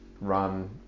run